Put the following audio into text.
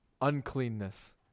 uncleanness